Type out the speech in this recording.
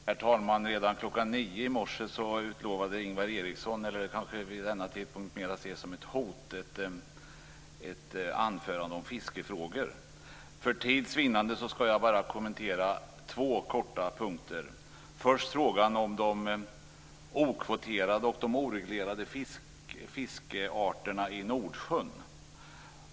Herr talman! Redan kl. 9 i morse utlovade Ingvar Eriksson ett anförande om fiskefrågor, vilket vid denna tidpunkt kanske kan ses mer som ett hot. För tids vinnande skall jag bara kommentera två korta punkter. Den första gäller frågan om de okvoterade och oreglerade fiskarterna i Nordsjön.